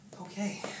Okay